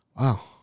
Wow